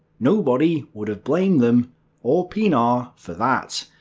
nobody would have blamed them or pienaar for that.